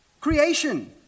Creation